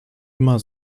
immer